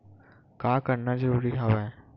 का करना जरूरी हवय?